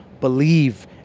believe